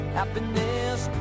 Happiness